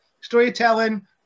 storytelling